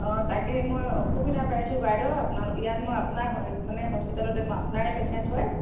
অঁ তাকে মই অসুবিধা পাইছোঁ বাইদউ আপোনাৰ ইয়াত মই আপোনাৰ মানে হস্পিটালতে মই আপোনাৰে পেচেণ্ট হয়